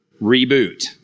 reboot